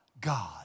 God